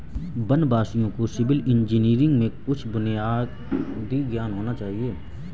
वनवासियों को civil engineering में कुछ बुनियादी ज्ञान होना चाहिए